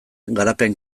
garapen